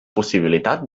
possibilitat